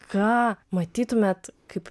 ką matytumėt kaip